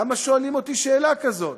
למה שואלים אותי שאלה כזאת?